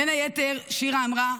בין היתר שירה אמרה,